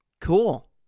Cool